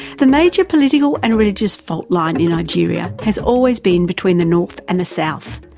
the major political and religious fault line in nigeria has always been between the north and the south,